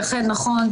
אכן נכון,